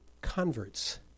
converts